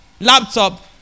laptop